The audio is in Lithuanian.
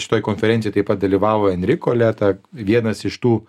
šitoj konferencijoj pat dalyvavo enriko leta vienas iš tų